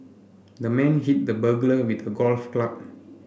the man hit the burglar with a golf club